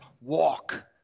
walk